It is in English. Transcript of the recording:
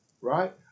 right